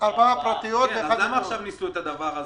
ארבעה פרטיות ואחד --- אז למה עכשיו ניסו את הדבר הזה,